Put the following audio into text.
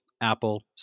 Apple